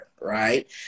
right